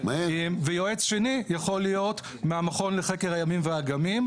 ויועץ שני יכול להיות מהמכון לחקר הימים והאגמים,